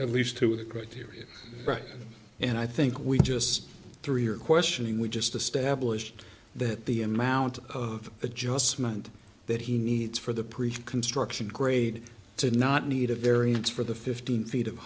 at least to the criteria and i think we just three are questioning we just established that the amount of adjustment that he needs for the pre construction grade to not need a variance for the fifteen feet of